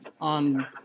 on